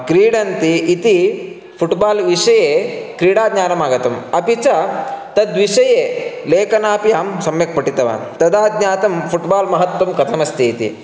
क्रीडन्ति इति फ़ुट्बाल् विषये क्रीडाज्ञानमागतम् अपि च तद् विषये लेखनमपि अहं सम्यक् पठितवान् तदा ज्ञातं फ़ुट्बाल् महत्त्वं कथमस्तीति